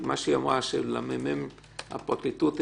אבל מתגלה חשוד בעקבות ממצא פורנזי כזה או